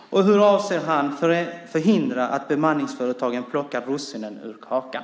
Och hur avser han att förhindra att bemanningsföretagen plockar russinen ur kakan?